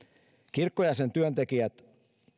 kirkko ja sen työntekijät